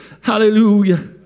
Hallelujah